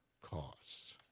costs